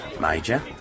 Major